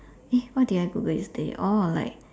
eh what did I Google yesterday oh like